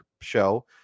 show